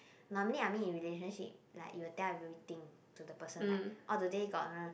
normally I mean in relationship like you will tell everything to the person like oh today got